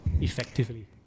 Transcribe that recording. effectively